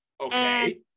Okay